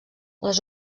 les